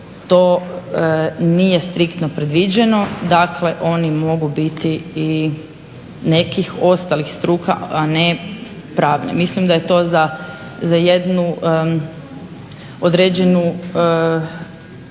to nije striktno predviđeno. Dakle, oni mogu biti i nekih ostalih struka, a ne pravne. Mislim da je to za jednu određenu